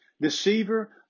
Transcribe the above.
deceiver